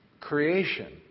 creation